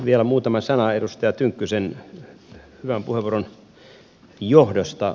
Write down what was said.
vielä muutama sana edustaja tynkkysen hyvän puheenvuoron johdosta